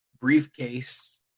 briefcase